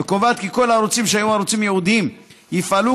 וקובעת כי כל הערוצים שהיו ערוצים ייעודיים יפעלו